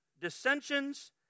Dissensions